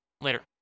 Later